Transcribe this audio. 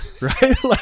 right